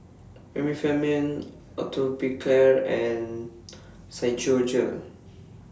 Remifemin Atopiclair and Physiogel